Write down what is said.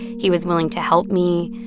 he was willing to help me.